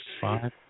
five